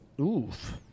Oof